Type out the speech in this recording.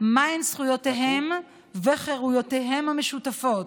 מהן זכויותיהם וחירויותיהם המשותפות,